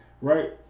right